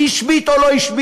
מי השבית או לא השבית.